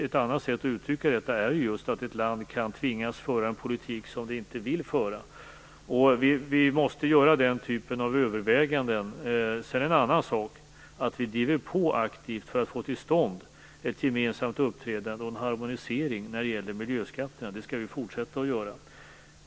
Ett annat sätt att uttrycka detta är just att ett land kan tvingas föra en politik som det inte vill föra. Vi måste göra den typen av överväganden. En annan sak är att vi aktivt driver på för att få till stånd ett gemensamt uppträdande och en harmonisering när det gäller miljöskatterna. Detta skall vi fortsätta att göra.